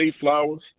Flowers